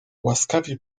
łaskawie